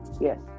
yes